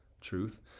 truth